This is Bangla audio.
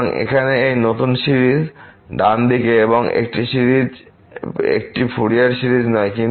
সুতরাং এখানে এই নতুন সিরিজ ডানদিকে একটি ফুরিয়ার সিরিজ নয়